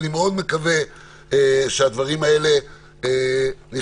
ואני מאוד מקווה שהדברים האלה נכנסו